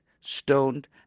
stoned